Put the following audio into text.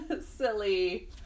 silly